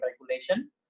regulation